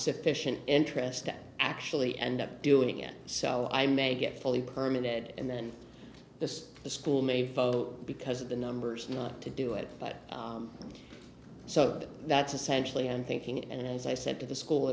sufficient interest can actually end up doing it so i may get fully permit it and then the school may vote because of the numbers not to do it but so that's essentially on thinking and as i said to the school